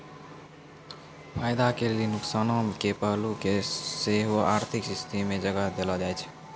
फायदा के लेली नुकसानो के पहलू के सेहो आर्थिक स्थिति मे जगह देलो जाय छै